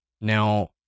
Now